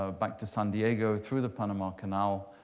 ah back to san diego, through the panama canal,